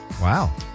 Wow